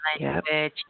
language